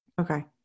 Okay